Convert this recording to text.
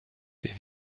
wir